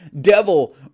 devil